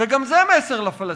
וגם זה מסר לפלסטינים,